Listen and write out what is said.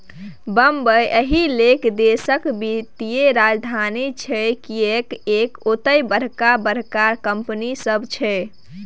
बंबई एहिलेल देशक वित्तीय राजधानी छै किएक तए ओतय बड़का बड़का कंपनी सब छै